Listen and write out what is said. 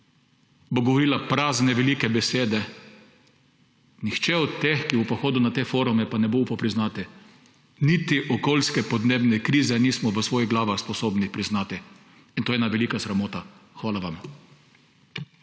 bo govorila prazne velike besede. Nihče od teh, ki bo pa hodil na te forume, pa ne bo upal priznati; niti okoljske podnebne krize nismo v svojih glavah sposobni priznati. In to je ena velika sramota. Hvala vam.